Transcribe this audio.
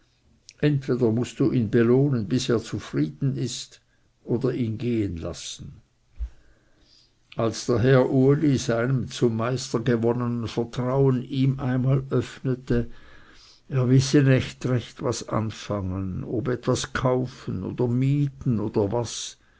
entweder mußt du ihn belohnen bis er zufrieden ist oder ihn gehen lassen als daher uli in seinem zum meister gewonnenen vertrauen ihm einmal eröffnete er wisse nicht recht was anfangen ob etwas kaufen oder mieten oder was